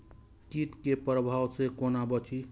कीट के प्रभाव से कोना बचीं?